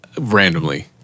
randomly